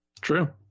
true